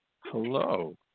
Hello